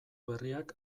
berriak